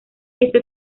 esa